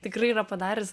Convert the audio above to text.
tikrai yra padaręs